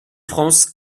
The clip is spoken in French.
france